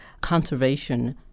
conservation